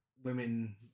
Women